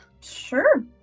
Sure